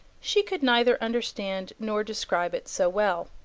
she could neither understand nor describe it so well.